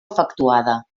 efectuada